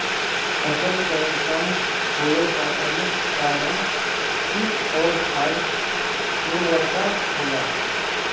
फसल क कम होवे क प्रमुख कारण कीट और खाद उर्वरता होला